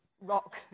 rock